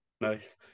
Nice